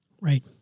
right